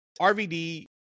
RVD